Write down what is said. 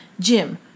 Jim